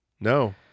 No